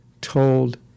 told